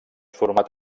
format